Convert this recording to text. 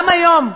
גם היום כתפיו,